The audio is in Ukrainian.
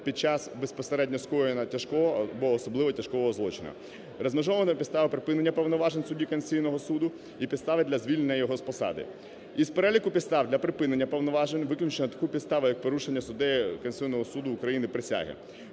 під час безпосередньо скоєння тяжкого або особливо тяжкого злочину. Розмежовано підстава припинення повноважень судді Конституційного Суду і підстава для звільнення його з посади. Із переліку підстав для припинення повноважень виключено таку підставу, як порушення суддею Конституційного Суду України присяги.